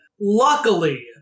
Luckily